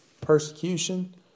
persecution